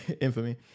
infamy